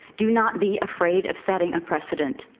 do not be afraid of setting a precedent.